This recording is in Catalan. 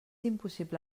impossible